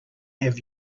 have